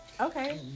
Okay